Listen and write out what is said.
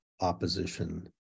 opposition